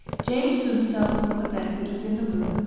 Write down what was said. james threw himself upon a bed which was in the room,